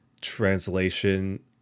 translation